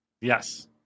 Yes